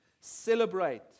Celebrate